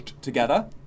together